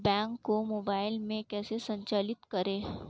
Bank को mobile में कैसे संचालित करें?